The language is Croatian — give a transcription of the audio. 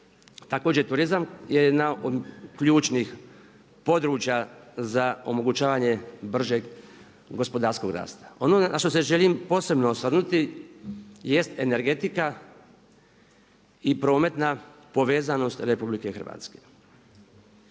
Također turizam je jedna od ključnih područja za omogućavanje bržeg gospodarskog rasta. Ono na što se želim posebno osvrnuti jest energetika i prometna povezanost RH.